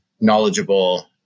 knowledgeable